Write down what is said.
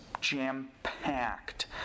jam-packed